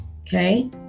Okay